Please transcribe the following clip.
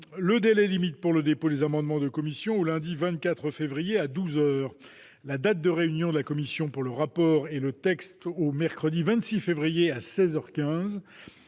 le délai limite pour le dépôt des amendements de commission au lundi 24 février à douze heures, la date de réunion de la commission pour le rapport et le texte au mercredi 26 février à seize